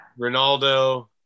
Ronaldo